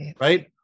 right